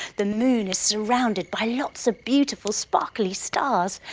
the moon is surrounded by lots of beautiful sparkly stars.